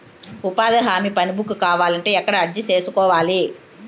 ఉపాధి హామీ పని బుక్ కావాలంటే ఎక్కడ అర్జీ సేసుకోవాలి?